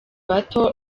bato